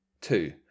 Two